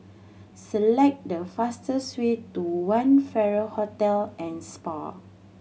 select the fastest way to One Farrer Hotel and Spa